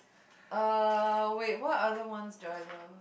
uh wait what other ones do I love